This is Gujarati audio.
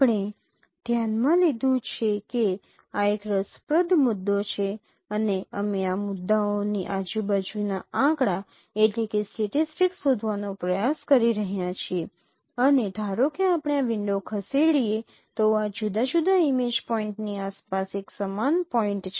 આપણે ધ્યાનમાં લીધું છે કે આ એક રસપ્રદ મુદ્દો છે અને અમે આ મુદ્દાઓની આજુબાજુના આંકડા શોધવાનો પ્રયાસ કરી રહ્યા છીએ અને ધારો કે આપણે આ વિન્ડો ખસેડીએ તો આ જુદા જુદા ઇમેજ પોઇન્ટની આસપાસ એક સમાન પોઈન્ટ છે